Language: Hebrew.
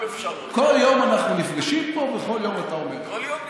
כל יום אנחנו נפגשים פה וכל יום אתה אומר לי את זה.